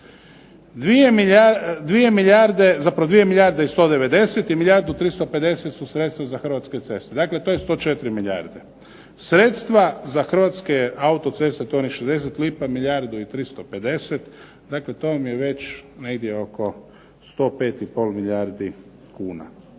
2 milijarde i 190 i milijardu 350 su sredstva za Hrvatske ceste. Dakle, to je 104 milijarde. Sredstva za Hrvatske autoceste to je onih 60 lipa milijardu i 350. Dakle, to vam je već negdje oko 105 i pol milijardi kuna.